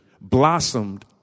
blossomed